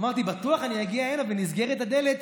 אמרתי: בטוח אני אגיע הנה ונסגרת הדלת,